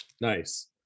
Nice